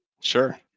Sure